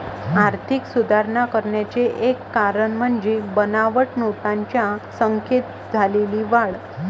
आर्थिक सुधारणा करण्याचे एक कारण म्हणजे बनावट नोटांच्या संख्येत झालेली वाढ